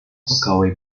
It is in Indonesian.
pegawai